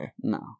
No